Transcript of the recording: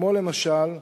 כך, למשל,